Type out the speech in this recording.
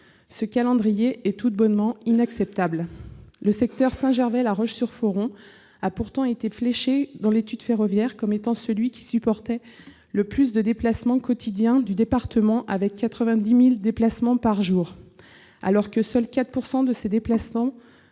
Ce calendrier est tout bonnement inacceptable ! Le secteur Saint-Gervais-La Roche-sur-Foron a pourtant été fléché dans l'étude ferroviaire comme étant celui qui supportait le plus de déplacements quotidiens du département, avec 90 000 déplacements par jour, seuls 4 % de ces déplacements se